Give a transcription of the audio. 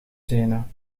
tenen